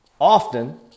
often